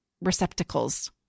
receptacles